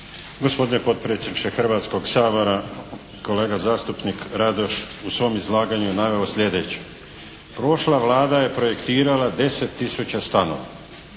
Gospodine potpredsjedniče Hrvatskog sabora kolega zastupnik Radoš u svom izlaganju je naveo sljedeće: «Prošla Vlada je projektirala 10 tisuća stanova».